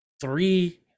Three